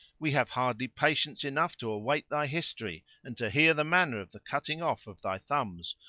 we have hardly patience enough to await thy history and to hear the manner of the cutting off of thy thumbs,